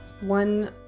one